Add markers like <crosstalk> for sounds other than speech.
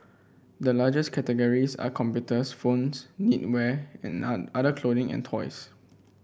the largest categories are computers phones knitwear <unintelligible> other clothing and toys